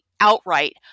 outright